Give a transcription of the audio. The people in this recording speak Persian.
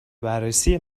بررسی